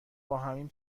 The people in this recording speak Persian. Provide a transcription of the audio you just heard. باهمیم